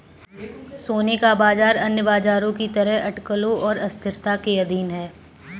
सोने का बाजार अन्य बाजारों की तरह अटकलों और अस्थिरता के अधीन है